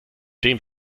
dem